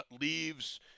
leaves